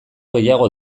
gehiago